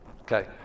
Okay